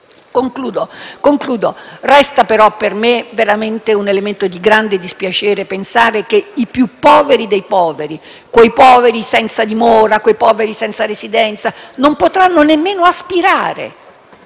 Concludo dicendo che resta per me un elemento di grande dispiacere pensare che i più poveri dei poveri, quei poveri senza dimora e senza residenza, non potranno nemmeno aspirare